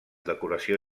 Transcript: decoració